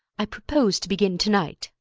i propose to begin to-night.